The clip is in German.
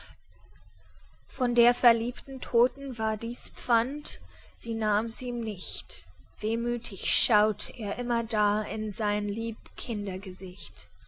von der geliebten todten war dies pfand sie nahm's ihm nicht wehmüthig schaut er immerdar in sein